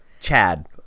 Chad